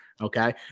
Okay